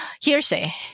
hearsay